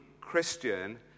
Christian